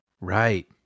Right